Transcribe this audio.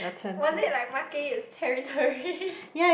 was it like marking its territory